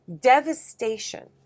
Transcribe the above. devastation